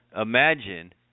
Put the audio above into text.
imagine